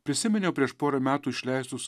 prisiminiau prieš porą metų išleistus